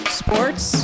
sports